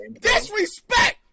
Disrespect